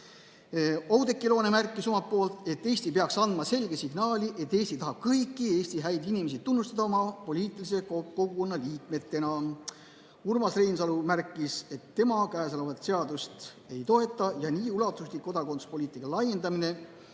Oudekki Loone sõnas, et Eesti peaks andma selge signaali, et Eesti tahab kõiki Eesti häid inimesi tunnustada oma poliitilise kogukonna liikmetena. Urmas Reinsalu märkis, et tema seda eelnõu ei toeta. Nii ulatuslik kodakondsuspoliitika laiendamine,